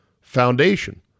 foundation